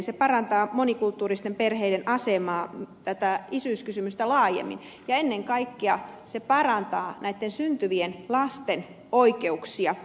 se parantaa monikulttuuristen perheiden asemaa tätä isyyskysymystä laajemmin ja ennen kaikkea se parantaa näitten syntyvien lasten oikeuksia